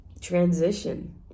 transition